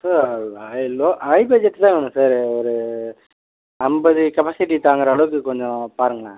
sir ஐ low ஐ பட்ஜெட்ல தான் வேணும் சார் ஒரு ஐம்பது கெப்பாசிட்டி தாங்கற அளவுக்கு கொஞ்சம் பாருங்களேன்